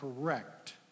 correct